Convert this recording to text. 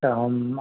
तऽ हम